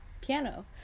piano